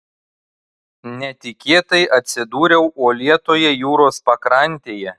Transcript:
netikėtai atsidūriau uolėtoje jūros pakrantėje